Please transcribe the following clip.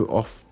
off